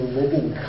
living